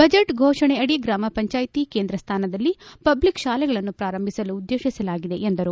budget ಘೋಷಣೆಯಂತೆ ಗ್ರಾಮಪಂಚಾಯ್ತಿ ಕೇಂದ್ರ ಸ್ಮಾನದಲ್ಲಿ ಪಬ್ಲಿಕ್ ಶಾಲೆಗಳನ್ನು ಪ್ರಾರಂಭಿಸಲು ಉದ್ದೇಶಿಸಿಲಾಗಿದೆ ಎಂದರು